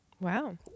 Wow